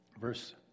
verse